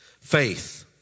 Faith